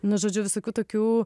nu žodžiu visokių tokių